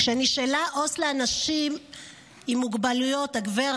כשנשאלה עו"ס לאנשים עם מוגבלויות, גב'